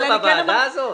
אבל אפשר לדבר בוועדה הזאת?